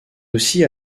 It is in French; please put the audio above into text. aussi